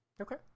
Okay